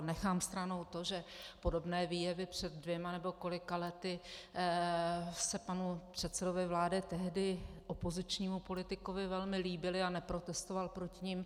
Nechám stranou to, že podobné výjevy před dvěma nebo kolika lety se panu předsedovi vlády, tehdy opozičnímu politikovi, velmi líbily a neprotestoval proti nim.